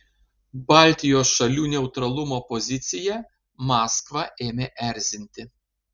baltijos šalių neutralumo pozicija maskvą ėmė erzinti